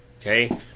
Okay